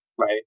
right